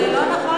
זה לא נכון אבל,